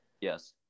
yes